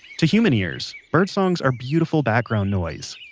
to human ears, birds songs are beautiful background noise.